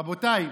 רבותיי,